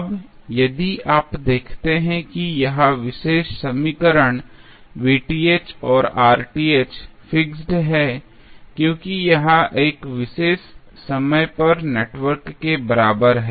अब यदि आप देखते हैं कि यह विशेष समीकरण और फिक्स्ड है क्योंकि यह एक विशेष समय पर नेटवर्क के बराबर है